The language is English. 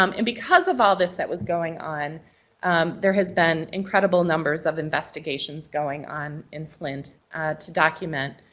um and because of all this that was going on there has been incredible numbers of investigations going on in flint to document